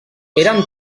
eren